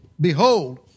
behold